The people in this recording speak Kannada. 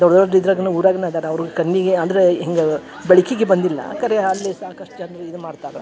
ದೊಡ್ಡ ದೊಡ್ಡ ಇದ್ರಾಗ ಊರಗನ ಅದಾರ ಅವರು ಕಣ್ಣಿಗೆ ಅಂದರೆ ಹೆಂಗೆ ಬೆಳಕಿಗೆ ಬಂದಿಲ್ಲ ಖರೆ ಅಲ್ಲಿ ಸಾಕಷ್ಟು ಜನ್ರ ಇದು ಮಾಡ್ತಾರೆ